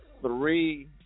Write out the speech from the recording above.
three